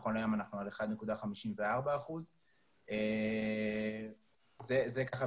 נכון להיום אנחנו על 1.54%. זה בגדול.